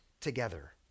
together